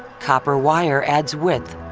copper wire adds width,